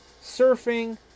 surfing